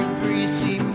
greasy